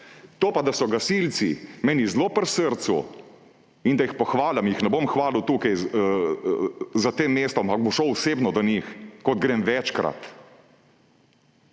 To pa, da so gasilci meni zelo pri srcu in da jih pohvalim – jih ne bom hvalil tukaj, na tem mestu, ampak bom šel osebno do njih, kot grem večkrat.